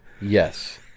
yes